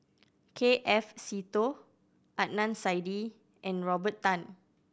K F Seetoh Adnan Saidi and Robert Tan